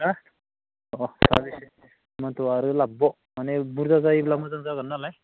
हो अह साबेसे हेमन्तआ आरो लाबोबाव मानि बुरजा जायोब्ला मोजां जागोन नालाय